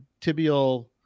tibial